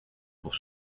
pour